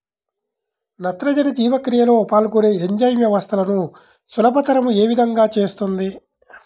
నత్రజని జీవక్రియలో పాల్గొనే ఎంజైమ్ వ్యవస్థలను సులభతరం ఏ విధముగా చేస్తుంది?